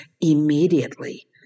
immediately